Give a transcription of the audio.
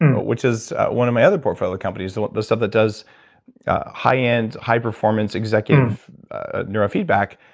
which is one of my other portfolio companies, the the stuff that does high end, high performance, executive ah neurofeedback,